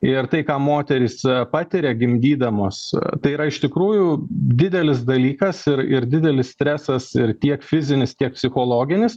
ir tai ką moterys patiria gimdydamos tai yra iš tikrųjų didelis dalykas ir ir didelis stresas ir tiek fizinis tiek psichologinis